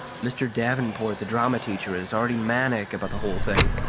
mr. davenport, the drama teacher, is already manic about the whole thing.